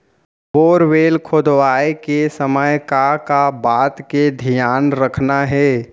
Borewell खोदवाए के समय का का बात के धियान रखना हे?